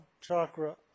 chakra